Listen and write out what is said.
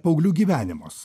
paauglių gyvenimas